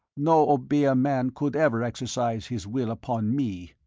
no obeah man could ever exercise his will upon me!